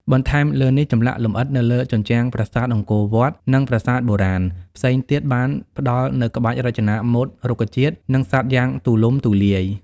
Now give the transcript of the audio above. បន្ថែមលើនេះ ចម្លាក់លម្អិតនៅលើជញ្ជាំងប្រាសាទអង្គរវត្ត និងប្រាសាទបុរាណផ្សេងទៀតបានផ្តល់នូវក្បាច់រចនាម៉ូដរុក្ខជាតិ និងសត្វយ៉ាងទូលំទូលាយ។